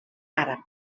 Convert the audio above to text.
àrab